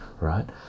right